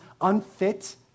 unfit